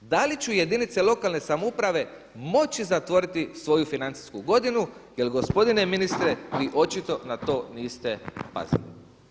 Da li će jedinice lokalne samouprave moći zatvoriti svoju financijsku godinu jel gospodine ministre vi očito na to niste pazili.